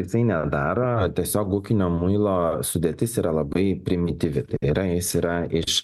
jisai nedaro tiesiog ūkinio muilo sudėtis yra labai primityvi tai yra jis yra iš